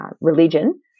religion